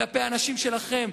כלפי האנשים שלכם,